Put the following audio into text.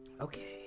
Okay